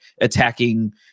attacking